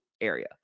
area